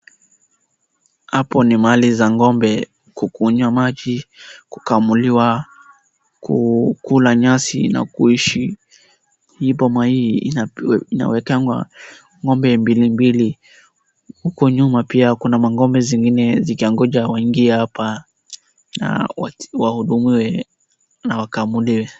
Hapo ni mahali za ng'ombe kukunywa maji, kukamuliwa, kukula nyasi na kuishi, hii boma hii inawekangwa ng'ombe mbilimbili, huko nyuma pia kuna ng'ombe zingine zikingoja waingie hapa na wahudumiwe na wakamuliwe.